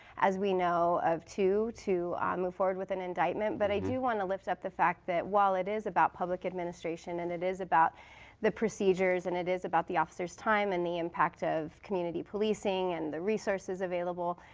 as we know, of two ways to move forward with an indictment. but i do want to lift up the fact that while it is about public administration and it is about the procedures and it is about the officer's time and the impact of community policing and the resources available,